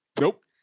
nope